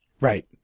Right